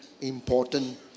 important